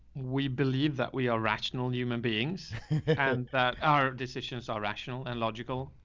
we believe that we are rational human beings and that our decisions are rational and logical,